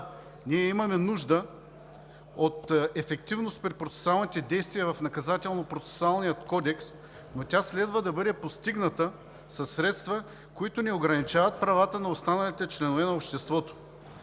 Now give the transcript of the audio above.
ние имаме нужда от ефективност при процесуалните действия в Наказателно-процесуалния кодекс, но тя следва да бъде постигната със средства, които не ограничават правата на останалите членове на обществото.